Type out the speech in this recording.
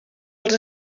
els